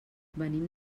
venim